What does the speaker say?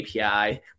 API